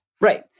right